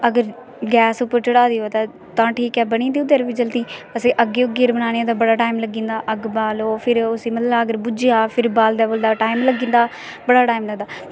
अगर गैस पर चढ़ाई दी होऐ तां ठीक ऐ बनी जंदी जल्दी ओह्दै पर बी असें अग्गी पर बनानी होऐ तां बड़ा टैम लग्गी जंदा अग्ग बालो फिर मतलब अग्ग बुज्जी जा बालदैं बूलदैं टैम लग्गी जंदा बड़ा टैम लगदा